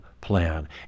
plan